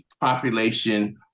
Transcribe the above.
population